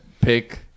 pick